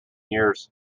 years